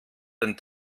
den